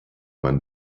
man